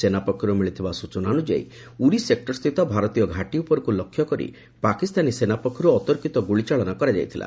ସେନା ପକ୍ଷରୁ ମିଳିଥିବା ସୂଚନା ଅନୁଯାୟୀ ଉରି ସେକ୍ରସ୍ଥିତ ଭାରତୀୟ ଘାଟି ଉପରକୁ ଲକ୍ଷ୍ୟକରି ପାକିସ୍ତାନୀ ସେନା ପକ୍ଷରୁ ଅତର୍କିତ ଗୁଳିଚାଳନା କରାଯାଇଥିଲା